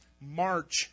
March